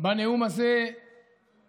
בנאום הזה להזהיר.